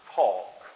talk